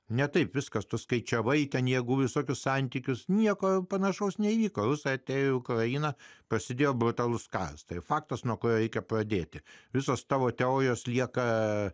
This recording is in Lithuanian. ne taip viskas tu skaičiavai ten jėgų visokius santykius nieko panašaus neįkals atėjo į ukrainą prasidėjo brutalus kastoje faktas nuo ko reikia padėti visos tavo teorijos lieka